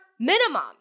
minimum